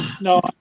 no